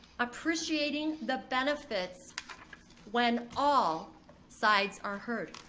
appreciating the benefits when all sides are heard.